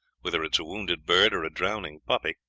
whether it is a wounded bird or a drowning puppy,